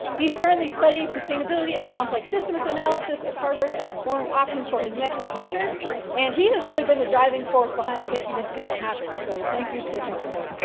he's currently studying sustainability and complex systems analysis at harvard and exploring options for his next adventure and he has really been the driving force behind making this panel happen. so thank you to him for